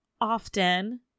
often